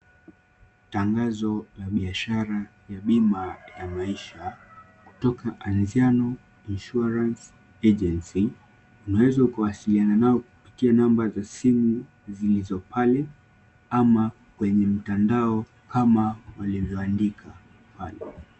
Tangazo la biashara ya bima ya maisha kutoka anziano insurance agency. Unaweza kuwasiliana nao kupitia namba za simu zilizo pale ama kwenye mtandao ama walivyoandika pale.